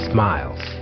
Smiles